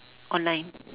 online